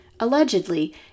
Allegedly